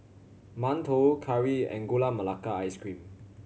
mantou curry and Gula Melaka Ice Cream